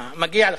מגיע לך.